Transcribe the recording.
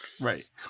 Right